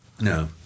No